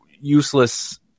useless